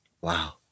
Wow